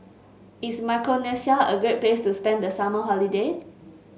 is Micronesia a great place to spend the summer holiday